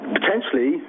Potentially